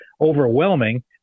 overwhelming